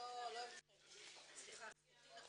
נתחיל את